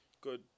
good